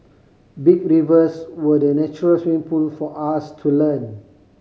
big rivers were the natural swimming pool for us to learn